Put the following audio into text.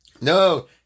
No